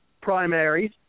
primaries